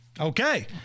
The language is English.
Okay